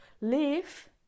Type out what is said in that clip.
live